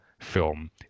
film